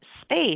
space